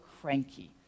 cranky